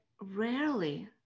rarely